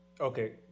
Okay